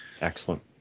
Excellent